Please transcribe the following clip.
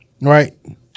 Right